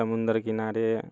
समुन्दर किनारे